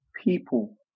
people